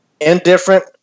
Indifferent